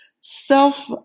self